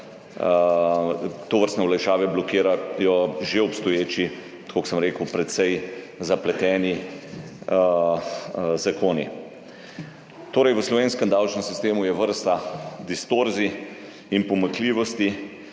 tovrstne olajšave blokirajo že obstoječi, kot sem rekel, precej zapleteni zakoni. Torej, v slovenskem davčnem sistemu je vrsta distorzij in pomanjkljivosti,